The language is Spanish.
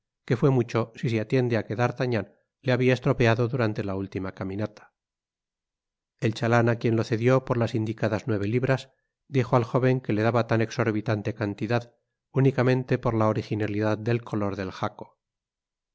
que fué mucho si se atiende á que d'artagnan le habia estropeado durante la última caminata el chalan á quien lo cedió por las indicadas nueve libras dijo al jóven que le daba tan exorbitante cantidad únicamente por la originalidad del color del jaco